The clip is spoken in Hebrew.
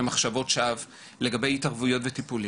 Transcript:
מחשבות שווא לגבי התערבויות וטיפולים,